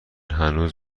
هنوز